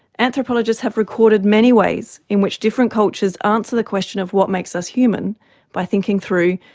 anthropologists have recorded many ways in which different cultures answer the question of what makes us human by thinking through,